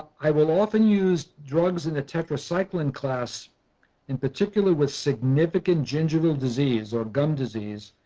i will often use drugs in the tetracycline class in particular with significant gingival disease or gum disease.